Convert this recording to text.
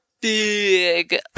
big